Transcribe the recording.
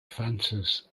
fences